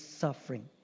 suffering